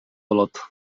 болот